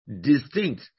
distinct